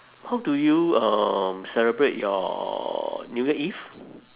how do you um celebrate your new year eve